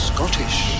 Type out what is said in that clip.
Scottish